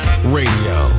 Radio